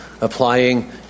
applying